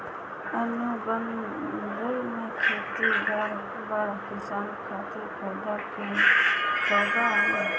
अनुबंध पे खेती बड़ बड़ किसान खातिर फायदा के सौदा हवे